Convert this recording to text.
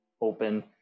open